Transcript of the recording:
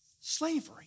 Slavery